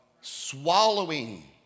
swallowing